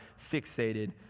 fixated